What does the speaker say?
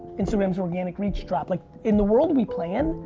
instagram's organic reach dropped, like in the world we plan,